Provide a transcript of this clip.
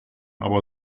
aber